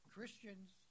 Christians